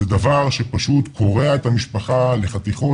זה דבר שפשוט קורע את המשפחה לחתיכות,